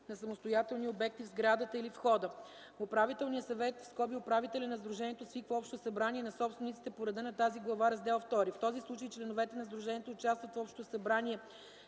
на самостоятелни обекти в сградата или входа. Управителният съвет (управителят) на сдружението свиква общо събрание на собствениците по реда на тази глава, Раздел ІІ. В този случай членовете на сдружението участват в общото събрание